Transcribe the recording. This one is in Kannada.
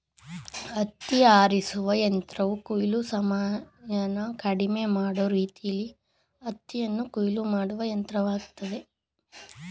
ಹತ್ತಿ ಆರಿಸುವ ಯಂತ್ರವು ಕೊಯ್ಲು ಸಮಯನ ಕಡಿಮೆ ಮಾಡೋ ರೀತಿಲೀ ಹತ್ತಿಯನ್ನು ಕೊಯ್ಲು ಮಾಡುವ ಯಂತ್ರವಾಗಯ್ತೆ